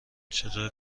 چطور